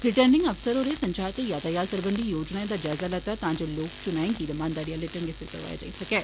returning अफसर होरें संचार ते यातायात सरबंधी योजनाए दा जायजा लैता तां जे लोकसभा चुनाएं गी रमानदारी आह्ले ढंगै सिर करोआया जाई सकै